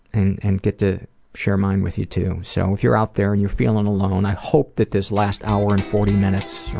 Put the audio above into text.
and and get to share mine with you too. so if you're out there and you're feeling alone, i hope that this last hour and forty minutes,